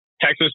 Texas